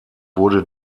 wurde